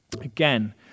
again